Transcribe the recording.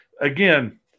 again